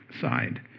side